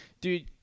Dude